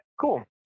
cool